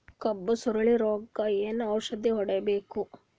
ಕಬ್ಬು ಸುರಳೀರೋಗಕ ಏನು ಔಷಧಿ ಹೋಡಿಬೇಕು?